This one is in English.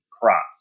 crops